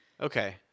Okay